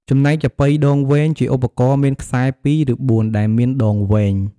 ចំណែកចាប៉ីដងវែង ជាឧបករណ៍មានខ្សែពីរ ឬបួន ដែលមានដងវែង។